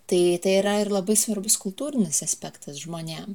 tai tai yra ir labai svarbus kultūrinis aspektas žmonėm